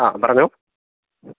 ആ പറഞ്ഞോ